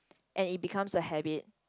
and it becomes a habit